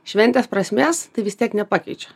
šventės prasmės tai vis tiek nepakeičia